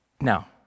Now